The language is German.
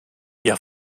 ihr